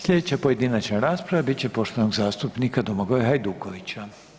Slijedeća pojedinačna rasprava bit će poštovanog zastupnika Domagoja Hajdukovića.